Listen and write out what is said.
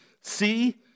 see